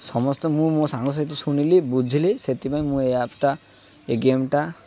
ସମସ୍ତେ ମୁଁ ମୋ ସାଙ୍ଗ ସହିତ ଶୁଣିଲି ବୁଝିଲି ସେଥିପାଇଁ ମୁଁ ଏ ଆପ୍ଟା ଏ ଗେମ୍ଟା